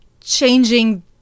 changing